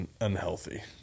unhealthy